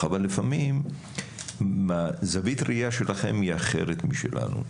אבל לפעמים זווית הראייה שלכם היא אחרת משלנו.